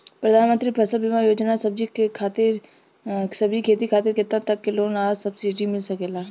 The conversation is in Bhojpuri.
प्रधानमंत्री फसल बीमा योजना से सब्जी के खेती खातिर केतना तक के लोन आ सब्सिडी मिल सकेला?